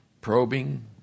probing